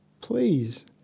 please